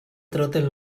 troten